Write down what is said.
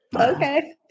Okay